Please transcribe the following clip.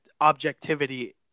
objectivity